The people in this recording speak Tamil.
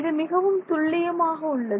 இது மிகவும் துல்லியமாக உள்ளது